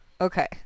Okay